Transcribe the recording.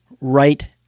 right